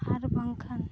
ᱟᱨ ᱵᱟᱝᱠᱷᱟᱱ